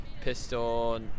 pistol